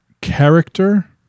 Character